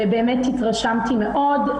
ובאמת התרשמתי מאוד.